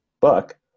book